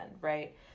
right